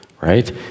right